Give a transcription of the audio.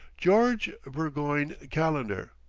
george burgoyne calendar.